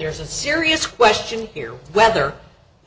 there's a serious question here whether